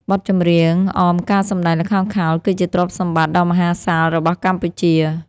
បទចម្រៀងអមការសម្ដែងល្ខោនខោល គឺជាទ្រព្យសម្បត្តិដ៏មហាសាលរបស់កម្ពុជា។